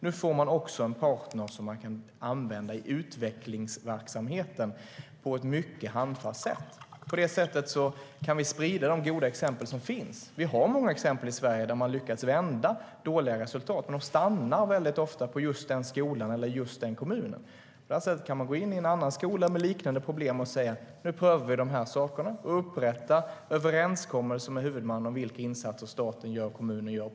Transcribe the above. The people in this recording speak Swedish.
Nu får man en partner som man också kan använda i utvecklingsverksamheten på ett mycket handfast sätt. På det sättet kan vi sprida de goda exempel som finns. Vi har många exempel i Sverige där man har lyckats vända dåliga resultat. Men de stannar ofta på just den skolan eller i just den kommunen. På det här sättet kan man gå in i en annan skola med liknande problem och säga: Nu prövar vi de här sakerna! Man kan upprätta överenskommelser med huvudmannen om vilka insatser staten gör och vilka kommunen gör.